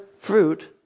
fruit